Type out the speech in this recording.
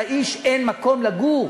לאיש אין מקום לגור.